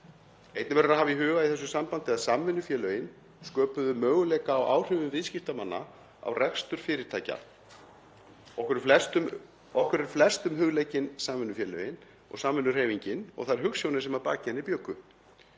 Einnig verður að hafa í huga í þessu sambandi að samvinnufélögin sköpuðu möguleika á áhrifum viðskiptamanna á rekstur fyrirtækjanna. Okkur eru flestum hugleikin samvinnufélögin og samvinnuhreyfingin og þær hugsjónir sem að baki henni bjuggu.